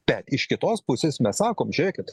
bet iš kitos pusės mes sakom žiūrėkit